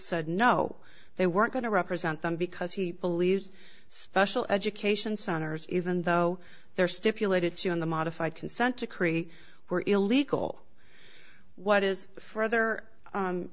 said no they weren't going to represent them because he believes special education centers even though they're stipulated to in the modified consent decree were illegal what is further